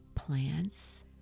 plants